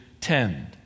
tend